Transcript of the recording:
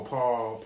Paul